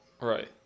right